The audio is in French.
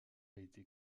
été